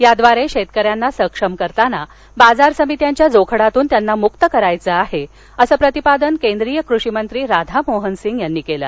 याद्वारे शेतकऱ्यांना सक्षम करताना बाजार समित्यांच्या जोखडातून त्यांना मुक्त करावयाचं आहे असं प्रतिपादन केंद्रीय कृषिमंत्री राधामोहन सिंह यांनी केलं